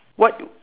what